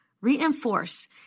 Reinforce